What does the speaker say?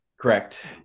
Correct